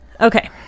Okay